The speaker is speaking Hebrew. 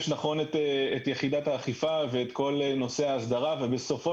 יש נכון את יחידת האכיפה ואת כל נושא ההסדרה ובסופו